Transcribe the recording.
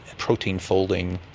protein folding,